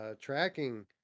tracking